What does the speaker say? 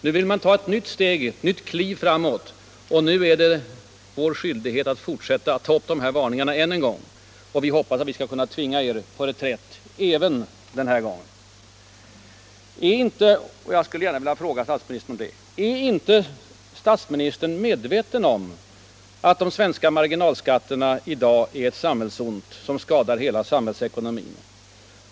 Nu vill socialdemokraterna ta ett nytt kliv framåt, och då är det vår skyldighet att fortsätta och varna ännu en gång. Vi hoppas att vi skall kunna tvinga er på reträtt även den här gången. Jag skulle gärna vilja fråga statsministern en sak. Är inte statsministern medveten om att de svenska marginalskatterna i dag är ett samhällsont, någonting som skadar hela samhällsekonomin?